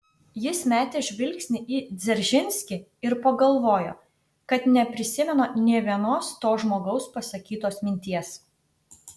jis metė žvilgsnį į dzeržinskį ir pagalvojo kad neprisimena nė vienos to žmogaus pasakytos minties